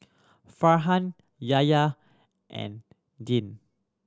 Farhan Yahya and Dian